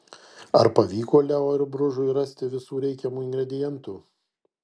ar pavyko leo ir bružui rasti visų reikiamų ingredientų